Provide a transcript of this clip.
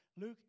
Luke